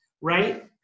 right